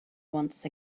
once